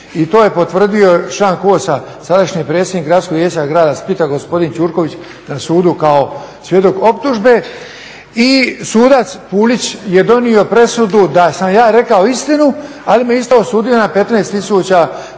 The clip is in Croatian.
i to je potvrdio član KOS-a, sadašnji predsjednik Gradskog vijeća grada Splita gospodin Ćurković na sudu kao svjedok optužbe. I sudac Pulić je donio presudu da sam ja rekao istinu, ali me isto osudio na 15000